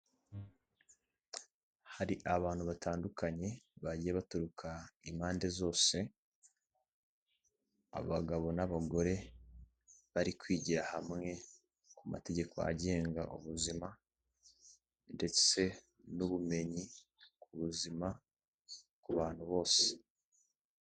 Hari abantu batandukanye bagiye baturuka impande zose. Abagabo n'abagore bari kwigira hamwe ku mategeko agenga ubuzima, ndetse n'ubumenyi ku buzima ku bantu bose.